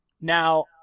Now